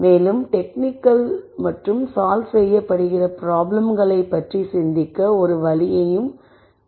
மேலும் டெக்னிக்கள் மற்றும் சால்வ் செய்யப்படுகின்ற ப்ராப்ளம்களைப் பற்றி சிந்திக்க ஒரு வழியை விவரித்தேன்